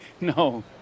No